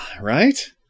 Right